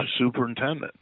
Superintendent